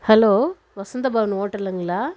hello Vasantha Bhavan ஹோட்டலுங்களா